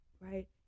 right